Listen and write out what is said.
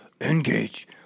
Engage